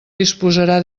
disposarà